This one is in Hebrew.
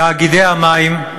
תאגידי המים,